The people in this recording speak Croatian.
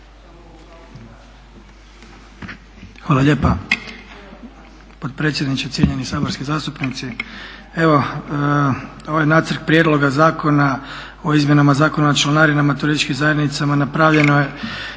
Hvala lijepa. Potpredsjedniče, cijenjeni saborski zastupnici. Evo ovaj Nacrt prijedloga zakona o izmjenama Zakona o članarinama turističkim zajednicama napravljeno je